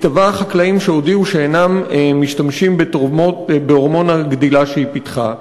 היא תבעה חקלאים שהודיעו שאינם משתמשים בהורמון הגדילה שהיא פיתחה,